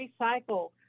recycle